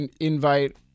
invite